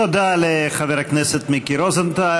תודה לחבר הכנסת מיקי רוזנטל.